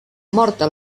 morta